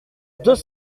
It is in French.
deux